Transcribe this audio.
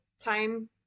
time